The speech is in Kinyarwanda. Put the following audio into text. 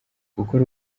gukora